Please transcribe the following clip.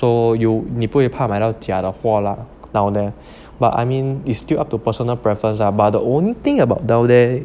so you 你不会怕买到假货啦 down there but I mean is still up to personal preference lah but the only thing about